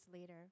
later